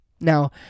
Now